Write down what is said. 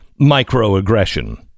microaggression